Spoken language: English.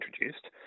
introduced